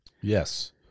Yes